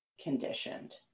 conditioned